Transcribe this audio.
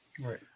right